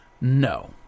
No